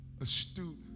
astute